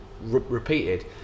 repeated